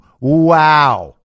wow